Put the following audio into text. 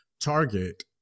Target